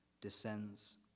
descends